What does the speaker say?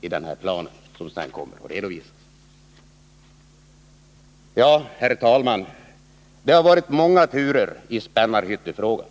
i den plan som senare kommer att redovisas. Herr talman! Det har varit många turer i Spännarhyttefrågan.